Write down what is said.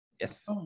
yes